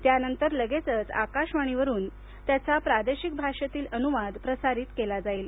त्यानंतर लगेचच आकाशवाणीवरुन त्याचा प्रादेशिक भाषेतील अनुवाद प्रसारित केला जाईल